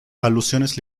alusiones